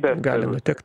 gali nutikt